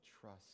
trust